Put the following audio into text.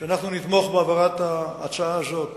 אנחנו נתמוך בהעברת ההצעה הזאת